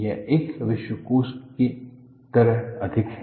यह एक विश्वकोश की तरह अधिक है